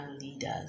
Leaders